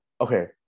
Okay